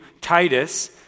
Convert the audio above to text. Titus